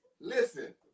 listen